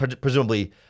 presumably